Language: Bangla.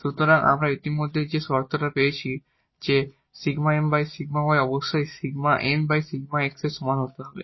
সুতরাং আমরা ইতিমধ্যে এই শর্ত পেয়েছি যে 𝜕𝑀𝜕𝑦 অবশ্যই 𝜕𝑁𝜕𝑥 এর সমান হতে হবে